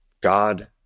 God